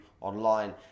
online